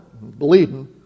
bleeding